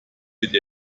wird